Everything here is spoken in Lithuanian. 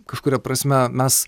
kažkuria prasme mes